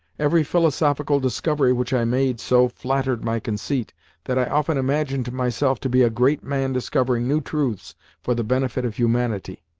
every philosophical discovery which i made so flattered my conceit that i often imagined myself to be a great man discovering new truths for the benefit of humanity.